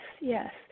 yes